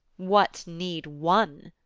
what need one?